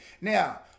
Now